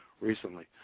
recently